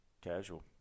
casual